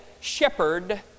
shepherd